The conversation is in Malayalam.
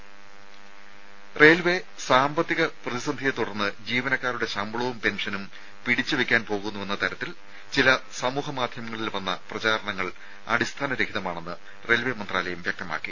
രുഭ റെയിൽവേ സാമ്പത്തിക പ്രതിസന്ധിയെ തുടർന്ന് ജീവനക്കാരുടെ ശമ്പളവും പെൻഷനും പിടിച്ചു വക്കാൻ പോകുന്നുവെന്ന തരത്തിൽ ചില സാമൂഹ്യ മാധ്യമങ്ങളിൽ വന്ന പ്രചാരണങ്ങൾ അടിസ്ഥാന രഹിതമാണെന്ന് റെയിൽവേ മന്ത്രാലയം വ്യക്തമാക്കി